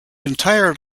entire